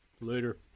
Later